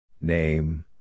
Name